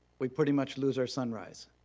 we pretty much lose our sunrise.